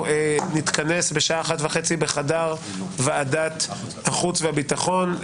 13:30 נתכנס בחדר ועדת החוץ והביטחון,